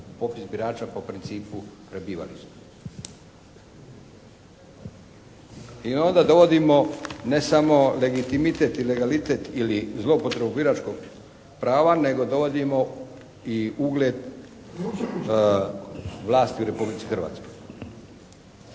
popis birača po principu prebivališta. I onda dovodimo ne samo legitimitet i legalitet ili zloupotrebu biračkog prava nego dovodimo i ugled vlasti u Republici Hrvatskoj.